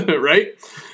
right